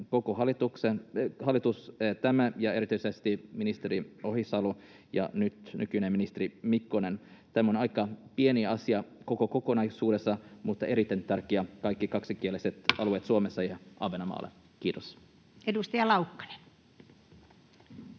koko hallitusta tästä ja erityisesti ministeri Ohisaloa ja nykyistä ministeri Mikkosta. Tämä on aika pieni asia koko kokonaisuudessa, mutta erittäin tärkeä kaikille kaksikielisille alueille Suomessa